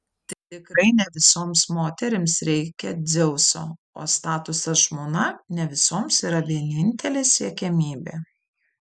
tikrai ne visoms moterims reikia dzeuso o statusas žmona ne visoms yra vienintelė siekiamybė